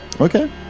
Okay